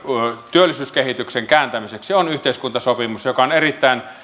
työllisyyskehityksen kääntämiseksi on yhteiskuntasopimus joka on erittäin